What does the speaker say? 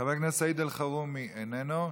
חבר הכנסת סעיד אלחרומי, איננו.